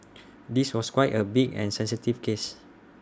this was quite A big and sensitive case